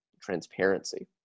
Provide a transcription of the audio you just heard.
transparency